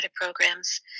programs